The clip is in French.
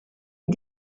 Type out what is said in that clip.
est